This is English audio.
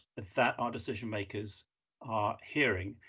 that that our decision makers are hearing,